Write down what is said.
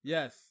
Yes